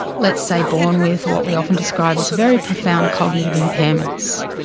let's say, born with what we often describe as very profound cognitive impairments?